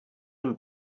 him